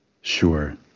Sure